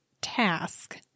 task